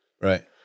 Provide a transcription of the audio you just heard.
Right